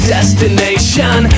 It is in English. Destination